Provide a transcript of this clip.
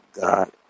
God